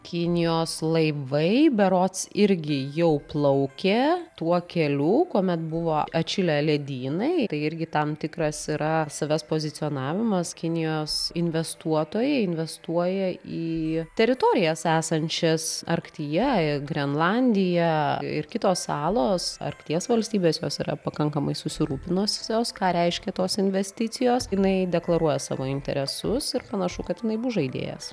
kinijos laivai berods irgi jau plaukia tuo keliu kuomet buvo atšilę ledynai tai irgi tam tikras yra savęs pozicionavimas kinijos investuotojai investuoja į teritorijas esančias arktyje grenlandija ir kitos salos arkties valstybės jos yra pakankamai susirūpinusios ką reiškia tos investicijos jinai deklaruoja savo interesus ir panašu kad jinai bus žaidėjas